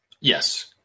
Yes